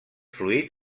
fluid